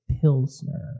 pilsner